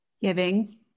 Giving